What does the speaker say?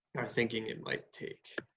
are thinking it might take.